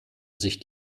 sich